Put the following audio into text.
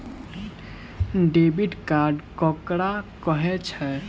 Debit card ककरा कहै छै?